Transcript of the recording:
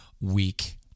week